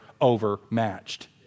overmatched